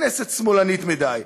הכנסת שמאלנית מדי,